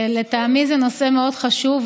לטעמי זה נושא מאוד חשוב,